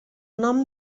nom